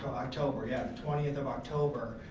october, yeah, twentieth of october,